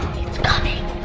it's coming.